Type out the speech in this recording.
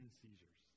seizures